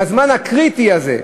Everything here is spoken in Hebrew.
בזמן הקריטי הזה.